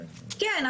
כן.